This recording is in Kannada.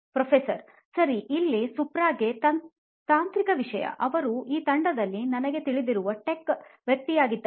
ಪ್ರೊಫೆಸರ್ ಸರಿ ಇಲ್ಲಿ ಸುಪ್ರಾ ಗೆ ತಾಂತ್ರಿಕ ಪ್ರಶ್ನೆ ಅವರು ಈ ತಂಡದಲ್ಲಿ ನನಗೆ ತಿಳಿದಿರುವ ಟೆಕ್ ವ್ಯಕ್ತಿಯಾಗಿದ್ದಾರೆ